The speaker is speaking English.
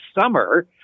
summer